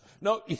No